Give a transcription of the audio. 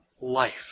life